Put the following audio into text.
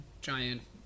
giant